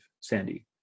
Sandy